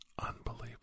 unbelievable